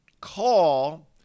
call